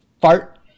Fart